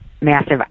massive